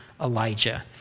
Elijah